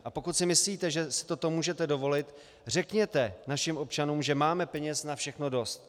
A pokud si myslíte, že si toto můžete dovolit, řekněte našim občanům, že máme peněz na všechno dost.